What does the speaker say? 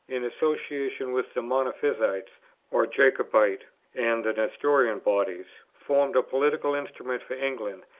in association with the monophysite or jacobite and the nestorian bodies, formed a political instrument for england,